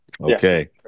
Okay